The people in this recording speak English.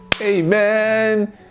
amen